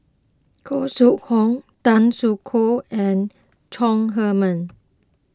Khoo Sui Hoe Tan Soo Khoon and Chong Heman